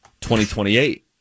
2028